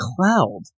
cloud